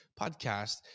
podcast